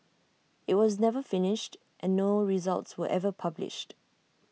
IT was never finished and no results were ever published